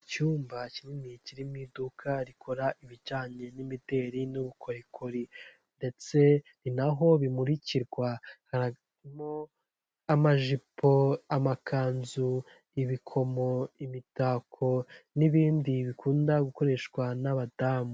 Icyumba kinini kiri mu iduka rikora ibijyanye n'imideli n'ubukorikori ndetse ni naho bimurikirwa harimo amajipo, amakanzu, ibikomo, imitako n'ibindi bikunda gukoreshwa n'abadamu.